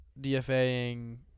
DFA-ing